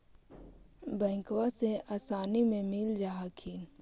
बैंकबा से आसानी मे मिल जा हखिन?